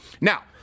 Now